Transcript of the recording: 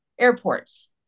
airports